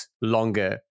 longer